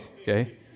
okay